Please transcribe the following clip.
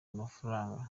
amafaranga